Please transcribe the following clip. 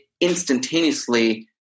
instantaneously